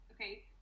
okay